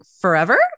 forever